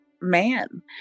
man